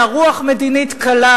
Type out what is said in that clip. אלא רוח מדינית קלה,